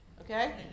okay